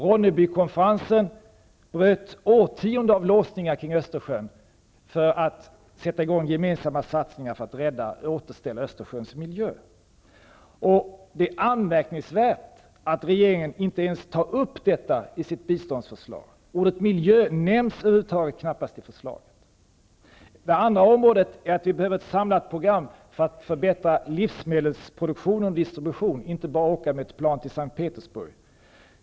Ronnebykonferensen bröt årtionden av låsningar kring Östersjön. Dessa låsningar utgjorde ett hinder mot gemensamma satsningar för att återställa Östersjöns miljö. Det är anmärkningsvärt att regeringen inte ens tar upp ''miljö'' nämns knappast över huvud taget i förslaget. För det andra behövs det ett samlat program för att förbättra livsmedelsproduktion och distribution. Man kan inte bara åka med ett plan till S:t Petersburg.